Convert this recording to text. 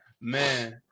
Man